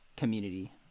community